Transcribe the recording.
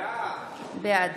בעד